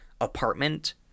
apartment